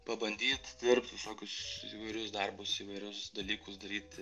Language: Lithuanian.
pabandyt dirbt visokius įvairius darbus įvairiausius dalykus daryt